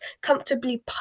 comfortably